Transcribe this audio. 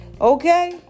Okay